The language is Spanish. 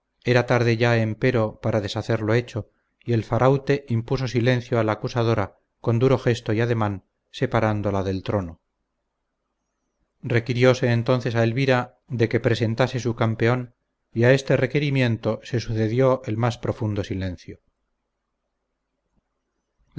era tarde ya empero para deshacer lo hecho y el faraute impuso silencio a la acusadora con duro gesto y ademán separándola del trono requirióse entonces a elvira de que presentase su campeón y a este requerimiento se sucedió el más profundo silencio